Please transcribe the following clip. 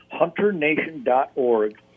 HunterNation.org